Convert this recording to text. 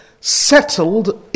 settled